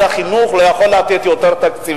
משרד החינוך לא יכול לתת יותר תקציבים?